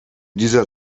dieser